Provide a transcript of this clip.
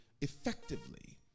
effectively